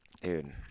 dude